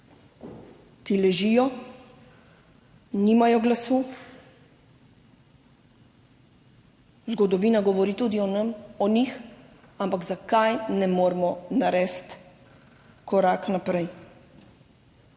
ki ležijo, nimajo glasu. Zgodovina govori tudi o nas, o njih, ampak zakaj ne moremo narediti korak naprej?